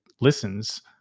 listens